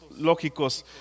lógicos